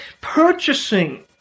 purchasing